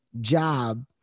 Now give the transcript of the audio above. job